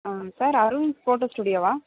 sir Arun photo ஸ்டூடியோவா